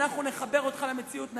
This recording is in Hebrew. אנחנו נחבר אותך למציאות.